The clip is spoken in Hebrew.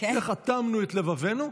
איך אטמנו את לבבנו.